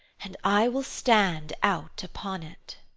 and i will stand out upon it